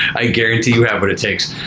i guarantee you have what it takes.